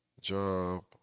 Job